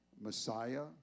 Messiah